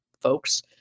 folks